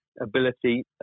ability